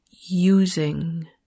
using